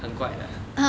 很怪啦